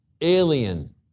alien